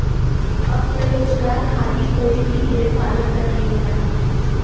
अब त रोजगार खातिर कोई भी भेड़ पालन कर लेवला